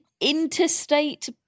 Interstate